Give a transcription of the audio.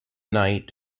night